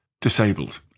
disabled